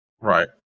right